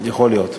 יכול להיות.